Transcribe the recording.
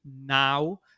now